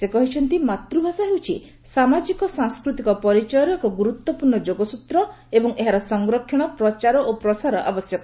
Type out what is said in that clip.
ସେ କହିଛନ୍ତି ମାତୃଭାଷା ହେଉଛି ସାମାଜିକ ସାଂସ୍କୃତିକ ପରିଚୟର ଏକ ଗୁରୁତ୍ୱପୂର୍ଣ୍ଣ ଯୋଗସୂତ୍ର ଏବଂ ଏହାର ସଂରକ୍ଷଣ ପ୍ରଚାର ଓ ପ୍ରସାର ଆବଶ୍ୟକ